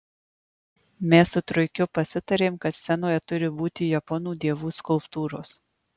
mes su truikiu pasitarėm kad scenoje turi būti japonų dievų skulptūros